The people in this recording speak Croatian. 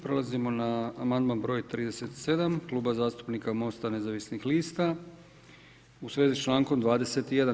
Prelazimo na amandman broj 37 Kluba zastupnika Mosta nezavisnih lista u svezi s člankom 21.